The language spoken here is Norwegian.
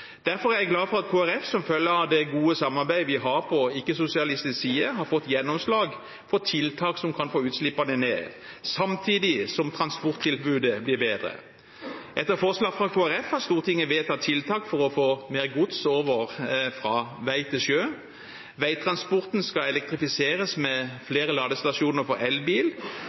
Derfor er jeg glad for at Kristelig Folkeparti, som følge av det gode samarbeidet vi har på ikke-sosialistisk side, har fått gjennomslag for tiltak som kan få utslippene ned, samtidig som transporttilbudet blir bedre. Etter forslag fra Kristelig Folkeparti har Stortinget vedtatt tiltak for å få mer gods over fra vei til sjø, og veitransporten skal elektrifiseres med flere ladestasjoner for elbil.